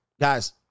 guys